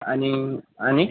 आणि आणि